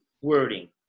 wording